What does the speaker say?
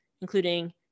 including